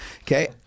Okay